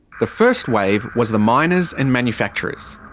the first wave was the miners and manufacturers.